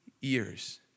years